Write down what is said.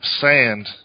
sand